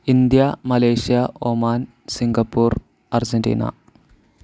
India Malaysia Oman Singapore Argentina